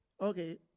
Okay